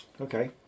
Okay